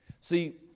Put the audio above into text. See